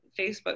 Facebook